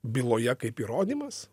byloje kaip įrodymas